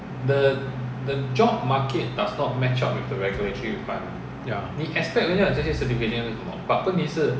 ya